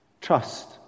Trust